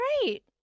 great